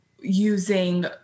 using